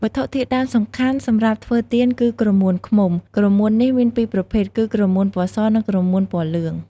វត្ថុធាតុដើមសំខាន់សម្រាប់ធ្វើទៀន គឺក្រមួនឃ្មុំ ក្រមួននេះមានពីរប្រភេទ គឺក្រមួនពណ៌ស និងក្រមួនពណ៌លឿង។